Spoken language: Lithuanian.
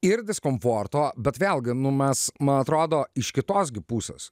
ir diskomforto bet vėlgi nu mes man atrodo iš kitos gi pusės